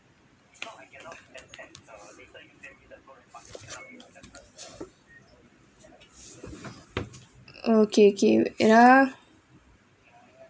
oh kay kay wait ah